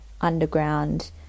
underground